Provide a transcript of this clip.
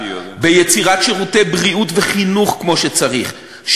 ביצירת שירותי בריאות וחינוך כמו שצריך,